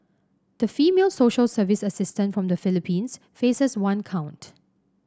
the female social service assistant from the Philippines faces one count